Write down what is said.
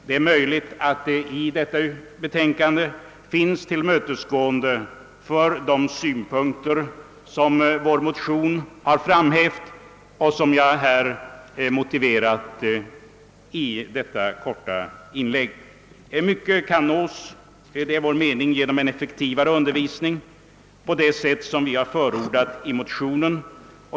Det är möjligt att man: i detta betänkande tillmötesgått de synpunkter som framhävts i vår motion och som jag har motiverat i detta korta inlägg. Enligt vår mening kan mycket nås genom en effektivare undervisning på det sätt som vi har förordat i motionen.